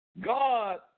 God